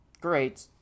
great